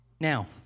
Now